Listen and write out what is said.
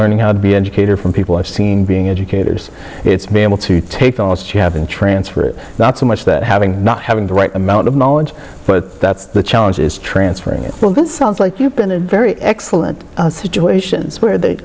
learning how to be educated from people i've seen being educators it's been able to take almost you have and transfer it not so much that having not having the right amount of knowledge but that's the challenge is transferring it sounds like you've been a very excellent situations where they